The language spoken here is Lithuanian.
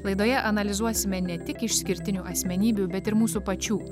laidoje analizuosime ne tik išskirtinių asmenybių bet ir mūsų pačių